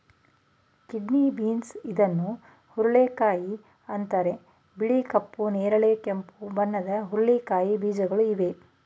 kidney beans ಇದನ್ನು ಹುರುಳಿಕಾಯಿ ಅಂತರೆ ಬಿಳಿ, ಕಪ್ಪು, ನೇರಳೆ, ಕೆಂಪು ಬಣ್ಣದ ಹುರಳಿಕಾಯಿ ಬೀಜಗಳು ಇವೆ